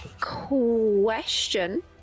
question